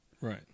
Right